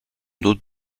d’autre